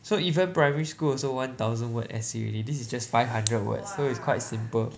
so even primary school also one thousand word essay already this is just five hundred words so it's quite simple